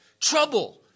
trouble